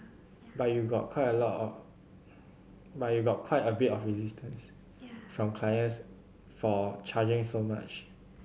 but you got quite a lot of but you got quite a bit of resistance from clients for charging so much